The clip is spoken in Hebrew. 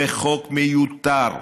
וחוק מיותר,